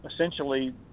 essentially